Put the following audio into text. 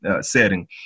setting